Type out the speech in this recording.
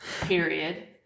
period